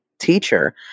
teacher